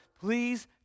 please